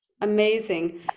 Amazing